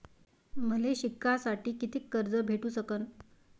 मले शिकासाठी कितीक कर्ज भेटू सकन?